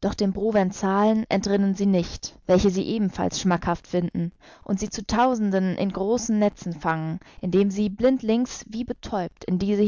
doch den provenzalen entrinnen sie nicht welche sie ebenfalls schmackhaft finden und sie zu tausenden in großen netzen fangen indem sie blindlings wie betäubt in diese